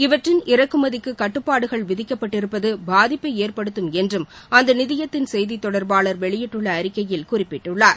இவற்றின் இறக்குமதிக்கு கட்டுப்பாடுகள் விதிக்கப்பட்டிருப்பது பாதிப்பை ஏற்படுத்தும் என்றும் அந்த நிதியத்தின் செய்தித் தொடர்பாளர் வெளியிட்டுள்ள அறிக்கையில் குறிப்பிட்டுள்ளார்